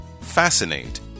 Fascinate